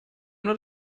not